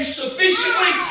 sufficiently